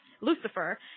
Lucifer